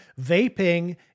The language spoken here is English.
vaping